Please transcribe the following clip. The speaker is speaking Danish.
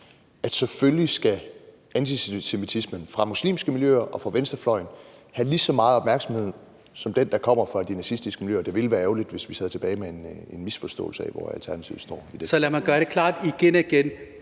at selvfølgelig skal antisemitismen, der kommer fra muslimske miljøer og fra venstrefløjen, have lige så meget opmærksomhed som den, der kommer fra de nazistiske miljøer? Det ville være ærgerligt, hvis vi sad tilbage med en misforståelse af, hvor Alternativet står. Kl. 15:03 Første næstformand